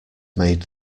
made